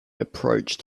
approached